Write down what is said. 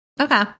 Okay